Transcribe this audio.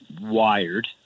wired